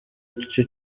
aricyo